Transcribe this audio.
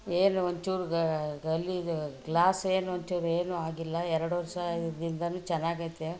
ಏನು ಒಂಚೂರು ಗಲ್ಲಿದ್ ಗ್ಲಾಸ್ ಏನು ಒಂಚೂರು ಏನು ಆಗಿಲ್ಲ ಎರಡು ವರ್ಷಾದಿಂದಲೂ ಚೆನ್ನಾಗೈತೆ